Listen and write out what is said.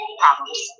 problems